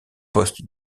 postes